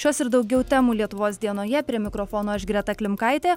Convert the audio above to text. šios ir daugiau temų lietuvos dienoje prie mikrofono aš greta klimkaitė